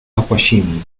aquagym